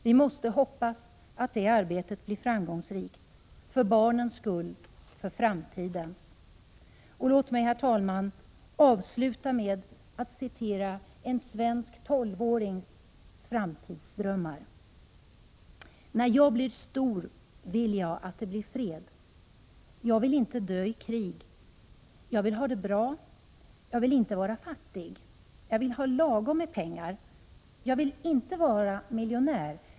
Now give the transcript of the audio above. Vi måste hoppas att det arbetet blir framgångsrikt. För barnens skull — för framtiden! Låt mig, herr talman, avsluta med att citera en svensk tolvårings framtidsdrömmar. ”När jag blir stor vill jag att det blir fred. Jag vill inte dö i krig. Jag vill ha det bra. Jag vill inte vara fattig. Jag vill ha lagom med pengar. Jag vill inte vara miljonär.